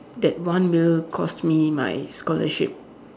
that one meal cost me my scholarship